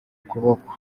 ukuboko